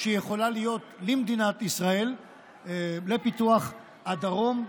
שיכולה להיות למדינת ישראל בפיתוח הדרום.